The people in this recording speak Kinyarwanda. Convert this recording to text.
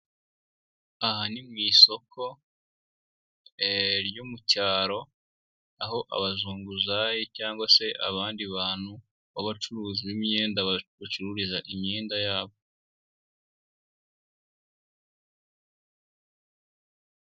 Ahan ni mu isoko ryo mu cyaro, aho abazunguzayi cyangwa se abandi bantu babacuruzi b'imyenda bacururiza imyenda yabo.